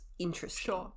interesting